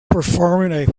performing